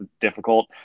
Difficult